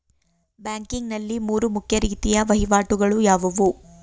Banking ನಲ್ಲಿ ಮೂರು ಮುಖ್ಯ ರೀತಿಯ ವಹಿವಾಟುಗಳು ಯಾವುವು?